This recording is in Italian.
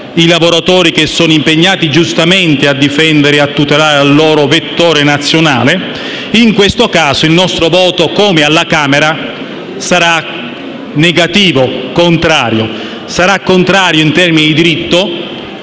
i lavoratori che sono impegnati, giustamente, a difendere e a tutelare il vettore nazionale. In questo caso invece il nostro voto, come alla Camera, sarà contrario. Sarà contrario in termini di diritto.